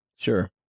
Sure